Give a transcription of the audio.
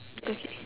okay